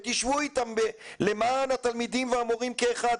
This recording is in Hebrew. תשבו איתם למען התלמידים והמורים כאחד.